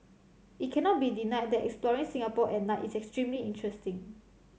it cannot be denied that exploring Singapore at night is extremely interesting